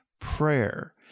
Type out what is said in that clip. prayer